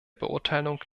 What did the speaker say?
beurteilung